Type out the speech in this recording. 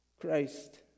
Christ